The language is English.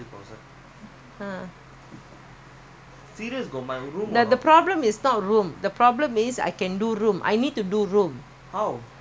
the problem is not room the problem is I can do room I need to do room can I need to do room but எனக்குவீடுஎடுக்கமுடில:enaku veedu edukka mudila